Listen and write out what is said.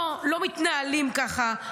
לא, לא מתנהלים ככה.